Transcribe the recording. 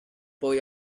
boy